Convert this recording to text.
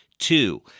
Two